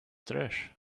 trash